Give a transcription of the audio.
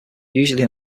usually